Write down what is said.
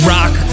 Rock